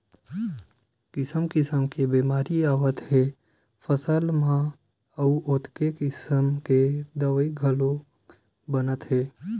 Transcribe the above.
किसम किसम के बेमारी आवत हे ग फसल म अउ ओतके किसम के दवई घलोक बनत हे